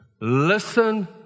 Listen